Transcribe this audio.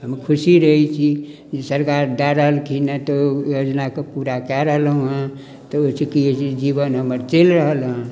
तऽ हम खुशी रहै छी जे सरकार दए रहलखिन हँ तऽ ओहि योजनाक पूरा कऽ रहलहुॅं हँ तऽ ओहिसँ की होइ छै जीवन हमर चलि रहल हँ